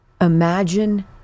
Imagine